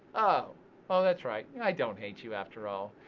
ah that's right, i don't hate you after all.